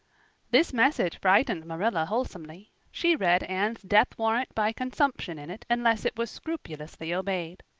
this message frightened marilla wholesomely. she read anne's death warrant by consumption in it unless it was scrupulously obeyed.